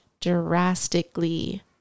drastically